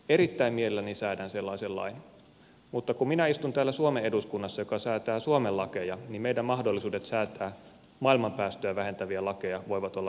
erittäin mielelläni säädän sellaisen lain mutta kun minä istun täällä suomen eduskunnassa joka säätää suomen lakeja niin meidän mahdollisuudet säätää maailman päästöjä vähentäviä lakeja voivat olla vähän rajalliset